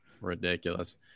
ridiculous